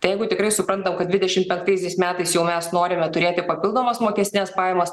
tai jeigu tikrai suprantam kad dvidešim penktaisiais metais jau mes norime turėti papildomas mokestines pajamas